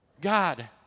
God